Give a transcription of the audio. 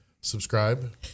subscribe